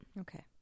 okay